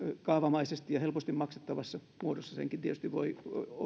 kaavamaisesti ja helposti maksettavassa muodossa senkin tietysti voi